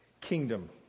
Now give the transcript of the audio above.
kingdom